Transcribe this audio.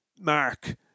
mark